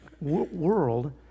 world